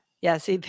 yes